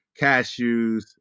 cashews